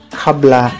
kabla